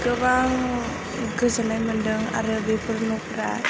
गोबां गोजोननाय मोन्दों आरो बेफोर न'खरा